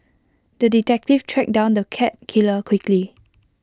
the detective tracked down the cat killer quickly